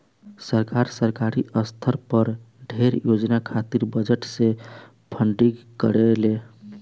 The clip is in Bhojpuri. सरकार, सरकारी स्तर पर ढेरे योजना खातिर बजट से फंडिंग करेले